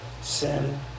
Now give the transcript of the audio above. sin